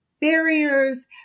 barriers